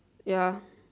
ya